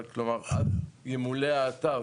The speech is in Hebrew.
אבל עד שימולא האתר,